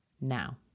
now